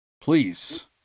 please